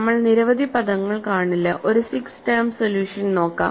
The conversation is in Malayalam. നമ്മൾ നിരവധി പദങ്ങൾ കാണില്ല ഒരു 6 ടേം സൊല്യൂഷൻ നോക്കാം